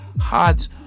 Hot